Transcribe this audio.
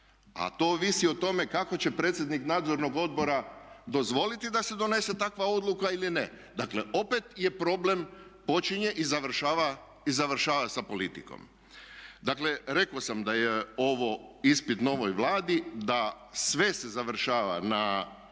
a to ovisi o tome kako će predsjednik Nadzornog odbora dozvoliti da se donesen takva odluka ili ne. Dakle, opet je problem počinje i završava sa politikom. Dakle, rekao sam da je ovo ispit novoj Vladi da sve se završava na